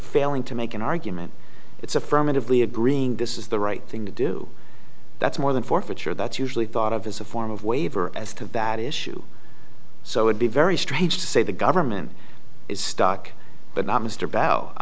failing to make an argument it's affirmatively agreeing this is the right thing to do that's more than forfeiture that's usually thought of as a form of waiver as to that issue so would be very strange to say the government is stuck but not mr bell i